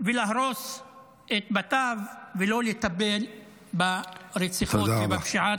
ולהרוס את בתיו ולא לטפל ברציחות ובפשיעה.